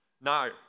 No